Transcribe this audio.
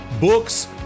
books